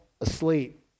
asleep